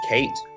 Kate